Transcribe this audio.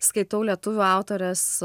skaitau lietuvių autorės